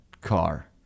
car